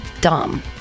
dumb